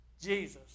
Jesus